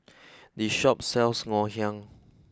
this shop sells Ngoh Hiang